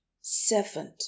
Seventh